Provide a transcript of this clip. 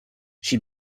she